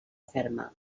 ferma